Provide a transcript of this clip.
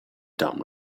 dumb